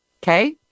Okay